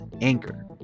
anchor